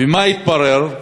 ומה התברר?